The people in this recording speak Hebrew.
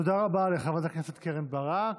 תודה רבה לחברת הכנסת קרן ברק.